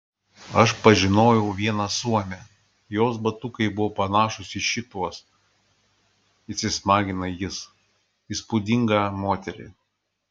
aš pažinojau vieną suomę jos batukai buvo panašūs į šituos įsismagina jis įspūdingą moterį